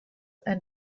and